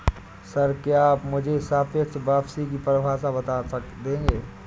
Sir, क्या आप मुझे सापेक्ष वापसी की परिभाषा बता देंगे?